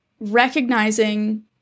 recognizing